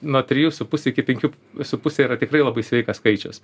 nuo trijų su puse iki penkių su puse yra tikrai labai sveikas skaičius